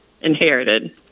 inherited